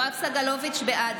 (חבר הכנסת יואב סגלוביץ' יוצא מאולם המליאה.)